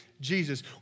Jesus